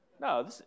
No